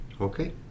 Okay